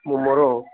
ମୁଁ ମୋର